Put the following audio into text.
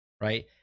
right